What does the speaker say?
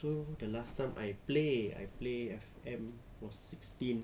so the last time I play I play F_M was sixteen